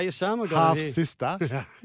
half-sister